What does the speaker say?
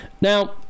Now